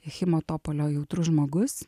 himo topolio jautrus žmogus